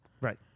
right